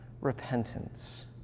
repentance